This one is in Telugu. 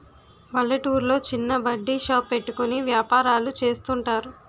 పల్లెటూర్లో చిన్న బడ్డీ షాప్ పెట్టుకుని వ్యాపారాలు చేస్తుంటారు